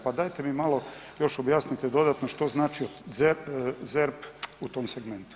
Pa dajte mi malo još objasnite dodatno, što znači ZERP u tom segmentu.